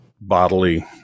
bodily